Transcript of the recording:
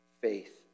faith